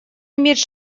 иметь